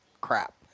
crap